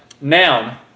Noun